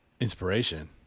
inspiration